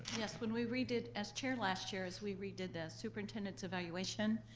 yes. when we redid s chair last years, we redid the superintendent's evaluation.